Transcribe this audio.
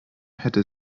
hätte